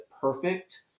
perfect